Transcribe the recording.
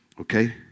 Okay